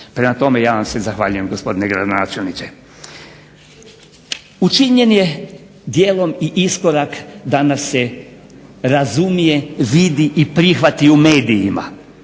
Prema tome ja vam se zahvaljujem gospodine gradonačelniče. Učinjen je dijelom i iskorak da nas se razumije, vidi i prihvati u medijima.